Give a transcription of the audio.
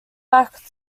back